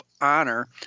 Honor